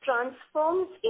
transforms